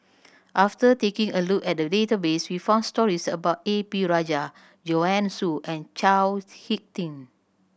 after taking a look at the database we found stories about A P Rajah Joanne Soo and Chao Hick Tin